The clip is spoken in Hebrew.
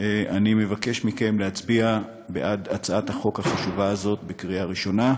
אני מבקש מכם להצביע בעד הצעת החוק החשובה הזאת בקריאה ראשונה.